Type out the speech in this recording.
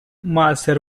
موثر